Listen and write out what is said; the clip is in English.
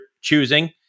choosing